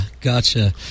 gotcha